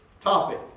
topic